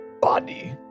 body